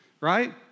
right